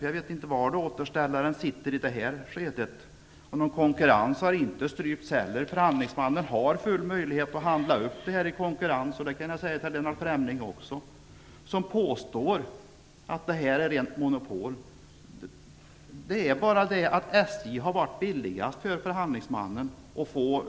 Jag vet inte var återställaren sitter. Någon konkurrens har inte strypts heller, utan förhandlingsmannen har full möjlighet att upphandla i konkurrens. Detta kan jag rikta till även Lennart Fremling, som påstår att det är rent monopol. SJ har varit billigast för förhandlingsmannen.